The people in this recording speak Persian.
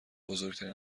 بزرگترین